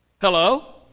Hello